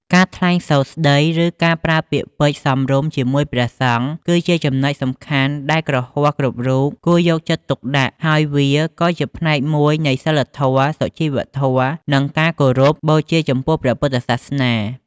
ការថ្លែងសូរស្តី ឬការប្រើប្រាស់ពាក្យពេចន៍សមរម្យជាមួយព្រះសង្ឃ គឺជាចំណុចសំខាន់ដែលគ្រហស្ថគ្រប់រូបគួរយកចិត្តទុកដាក់ ហើយវាក៏ជាផ្នែកមួយនៃសីលធម៌ សុជីវធម៌ និងការគោរពបូជាចំពោះព្រះពុទ្ធសាសនា។